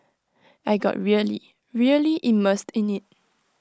I got really really immersed in IT